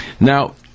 Now